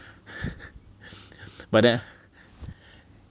but then